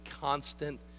constant